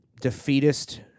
defeatist